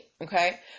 okay